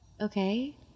okay